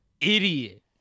idiot